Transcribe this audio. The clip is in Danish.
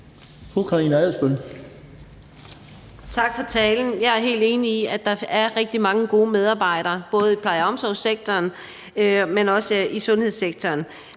Tak for talen. Jeg er helt enig i, at der er rigtig mange gode medarbejdere både i pleje- og omsorgssektoren, men også i sundhedssektoren.